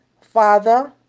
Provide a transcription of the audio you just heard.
Father